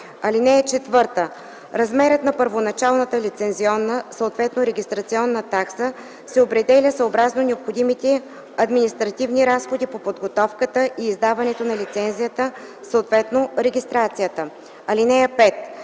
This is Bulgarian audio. така: „(4) Размерът на първоначалната лицензионна, съответно регистрационна, такса се определя, съобразно необходимите административни разходи по подготовката и издаването на лицензията, съответно регистрацията. (5)